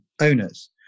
owners